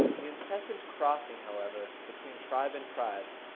the incessant crossing, however, between tribe and tribe,